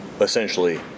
essentially